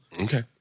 Okay